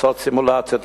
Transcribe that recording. לעשות סימולציות,